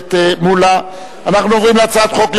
הכנסת מולה, אנחנו ממשיכים בסדר-היום.